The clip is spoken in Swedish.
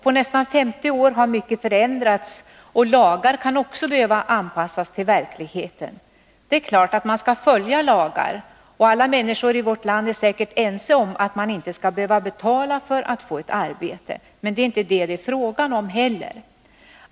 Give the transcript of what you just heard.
På nästan 50 år har mycket förändrats, och lagar kan också behöva anpassas till verkligheten. Det är klart att man skall följa lagar, och alla människor i vårt land är säkert ense om att man inte skall behöva betala för att få ett arbete. Men det är inte fråga om det heller.